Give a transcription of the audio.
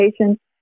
patients